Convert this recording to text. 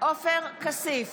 עופר כסיף,